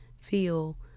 feel